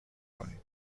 کنید